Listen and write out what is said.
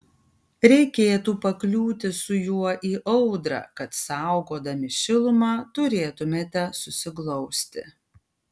reikėtų pakliūti su juo į audrą kad saugodami šilumą turėtumėte susiglausti